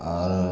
और